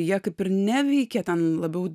jie kaip ir neveikė ten labiau